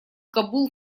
кабул